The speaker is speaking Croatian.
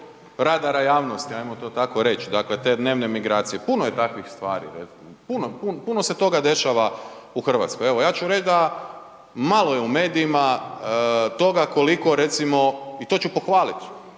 radara javnosti, ajmo to tako reć, dakle te dnevne migracije, puno je takvih stvari, puno, puno se toga dešava u RH. Evo ja ću reć da malo je u medijima toga koliko recimo i to ću pohvalit,